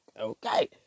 okay